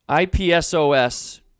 IPSOS